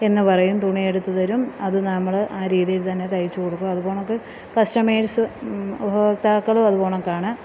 എന്ന് പറയും തുണിയെടുത്ത് തരും അത് നമ്മൾ ആ രീതിയിൽ തന്നെ തയ്ച്ച് കൊടുക്കുമത് കണക്ക് കസ്റ്റമേഴ്സ് ഉപഭോക്താക്കളും അത് കണക്കാണ്